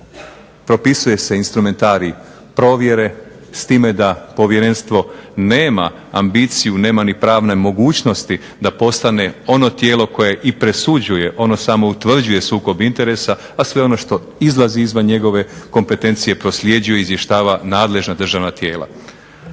Propisuje se instrumentarij provjere s time da povjerenstvo nema ambiciju, nema ni pravne mogućnosti da postane ono tijelo koje i presuđuje, ono samo utvrđuje sukob interesa. A sve ono što izlazi izvan njegove kompetencije prosljeđuje i izvještava nadležna državna tijela.